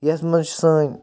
ییٚتھ منٛز چھِ سٲنۍ